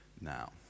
now